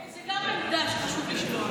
גם זו עמדה שחשוב לשמוע.